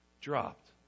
dropped